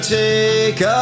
take